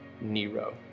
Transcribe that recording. Nero